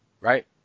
Right